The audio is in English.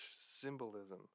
symbolism